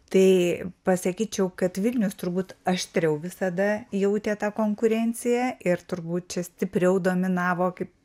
tai pasakyčiau kad vilnius turbūt aštriau visada jautė tą konkurenciją ir turbūt čia stipriau dominavo kaip